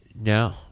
No